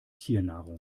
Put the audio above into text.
tiernahrung